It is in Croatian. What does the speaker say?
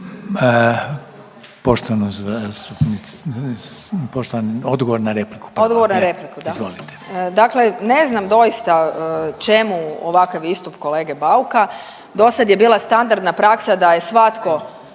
Marija (Nezavisni)** Odgovor na repliku, da. Dakle ne znam doista čemu ovakav istup kolege Bauka. Do sada je bila standardna praksa da je svatko